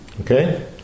Okay